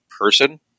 person